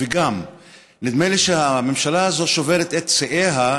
וגם נדמה לי שהממשלה הזאת שוברת את שיאיה,